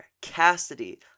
Cassidy